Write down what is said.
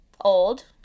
old